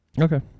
Okay